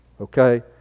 Okay